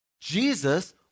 Jesus